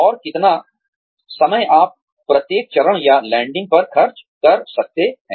और कितना समय आप प्रत्येक चरण या लैंडिंग पर खर्च कर सकते हैं